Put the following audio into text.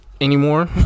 anymore